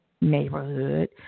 neighborhood